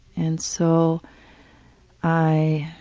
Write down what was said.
and so i